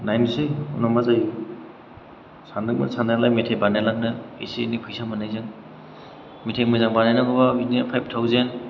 नायनोसै उनाव मा जायो सानदोंमोन साननाया लाय मेथाइ बानायलांनो एसे एनै फैसा मोननायजों मेथाइ मोजां बानायनांगौबा बिदिनो फाइभ थावजेन